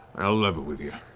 i'll level with you.